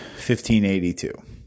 1582